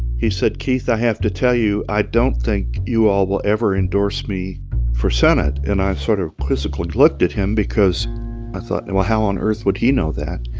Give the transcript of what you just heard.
he said, keith, i have to tell you i don't think you all will ever endorse me for senate. and i sort of quizzically looked at him because i thought, well, how on earth would he know that?